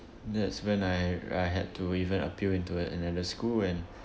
that's when I I had to even appeal into another school and